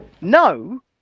No